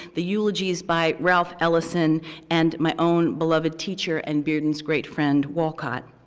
the eulogies by ralph ellison and my own beloved teacher, and bearden's great friend, walcott.